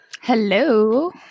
hello